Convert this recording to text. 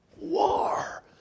war